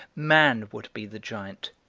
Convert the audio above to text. man would be the giant,